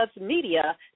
Media